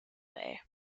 bay